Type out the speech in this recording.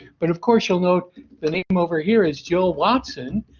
but, of course you'll note the name over here is jill watson.